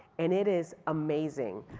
and it is amazing.